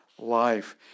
life